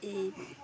এই